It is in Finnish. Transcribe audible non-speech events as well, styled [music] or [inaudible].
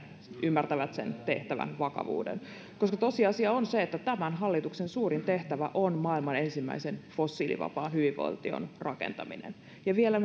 ymmärtävät sen tehtävän vakavuuden koska tosiasia on se että tämän hallituksen suurin tehtävä on maailman ensimmäisen fossiilivapaan hyvinvointivaltion rakentaminen ja vielä [unintelligible]